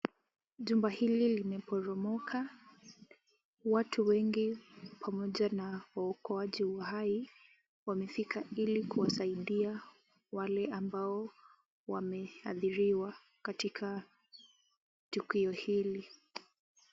Jumba hili limeporomoka . Watu wengi pamoja na waokoaji wa uhai wamefika ili kusaidia wale ambao wameathiriwa katika tukio hili.